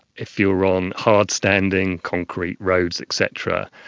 if you are on hard standing concrete roads et cetera,